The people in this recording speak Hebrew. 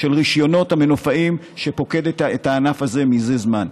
של רישיונות המנופאים שפוקדת את הענף הזה מזה זמן.